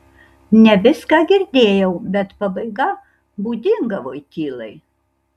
ne viską girdėjau bet pabaiga būdinga voitylai